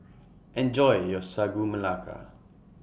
Enjoy your Sagu Melaka